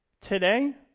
Today